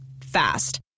Fast